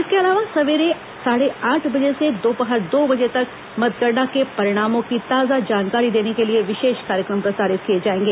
इसके अलावा सवेरे साढ़े आठ बजे से दोपहर दो बजे तक मतगणना के परिणामों की ताजा जानकारी देने के लिए विशेष कार्यक्रम प्रसारित किया जाएगा